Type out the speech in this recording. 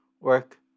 work